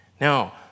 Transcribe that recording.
Now